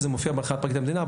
וזה מופיע בהנחיית פרקליט המדינה,